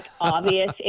obvious